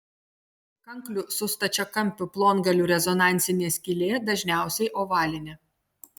kanklių su stačiakampiu plongaliu rezonansinė skylė dažniausiai ovalinė